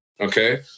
okay